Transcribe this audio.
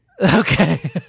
Okay